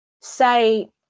say